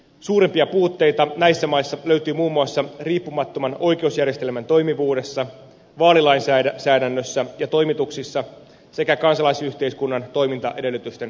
suurimpia puutteita näissä maissa löytyy muun muassa riippumattoman oikeusjärjestelmän toimivuudessa vaalilainsäädännössä ja toimituksissa sekä kansalaisyhteiskunnan toimintaedellytysten turvaamisessa